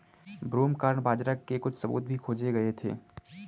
broomcorn बाजरा के कुछ सबूत भी खोजे गए थे